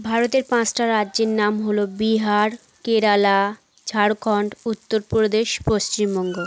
ভারতের পাঁচটা রাজ্যের নাম হলো বিহার কেরালা ঝাড়খণ্ড উত্তর প্রদেশ পশ্চিমবঙ্গ